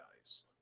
guys